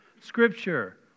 Scripture